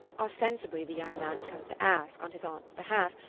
ostensibly, the young man had come to ask, on his aunt's behalf,